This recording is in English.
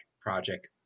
Project